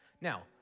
Now